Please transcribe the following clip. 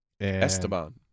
Esteban